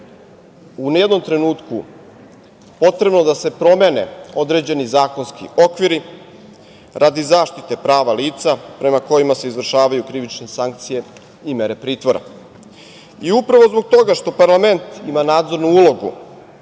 u jednom trenutku potrebno da se promene određeni zakonski okviri radi zaštite prava lica prema kojima se izvršavaju krivične sankcije i mere pritvora. Upravo zbog toga što parlament ima nadzornu ulogu